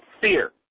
Fear